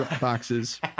boxes